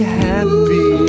happy